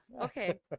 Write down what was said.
Okay